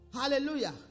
Hallelujah